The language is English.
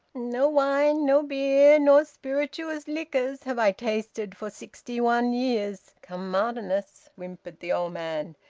no wine, no beer, nor spirituous liquors have i tasted for sixty-one years come martinmas, whimpered the old man.